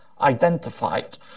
identified